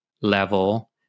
level